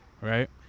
right